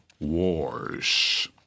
wars